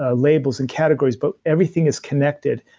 ah labels and categories, but everything is connected,